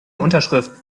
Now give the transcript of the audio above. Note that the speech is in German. unterschrift